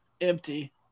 Empty